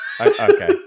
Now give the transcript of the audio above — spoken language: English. Okay